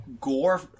gore